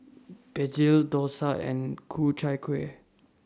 Begedil Dosa and Ku Chai Kuih